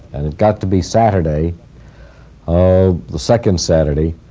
and it got to be saturday um the second saturday